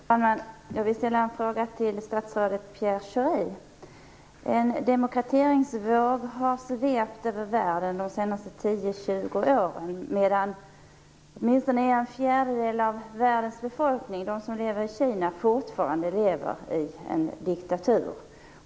Fru talman! Jag vill ställa en fråga till statsrådet Pierre Schori. En demokratiseringsvåg har svept över världen under de senaste 10-20 åren, medan åtminstone en fjärdedel av världens befolkning - jag tänker på dem som lever i Kina - fortfarande lever i en diktatur.